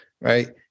Right